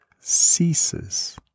ceases